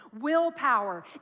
willpower